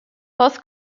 both